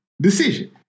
decision